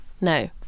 no